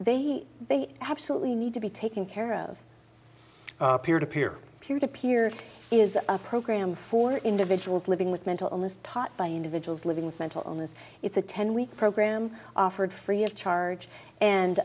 family they absolutely need to be taken care of peer to peer peer to peer is a program for individuals living with mental illness taught by individuals living with mental illness it's a ten week program offered free of charge and